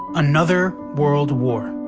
another world war.